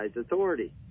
authority